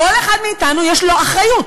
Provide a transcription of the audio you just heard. כל אחד מאתנו יש לו אחריות,